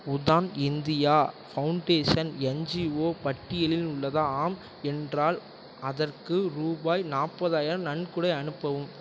Udaan India foundation NGO பட்டியலில் உள்ளதா ஆம் என்றால் அதற்கு ரூபாய் நாற்பதாயிரம் நன்கொடை அனுப்பவும்